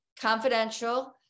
confidential